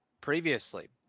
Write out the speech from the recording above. previously